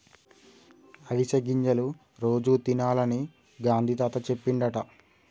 అవిసె గింజలు రోజు తినాలని గాంధీ తాత చెప్పిండట